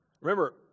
Remember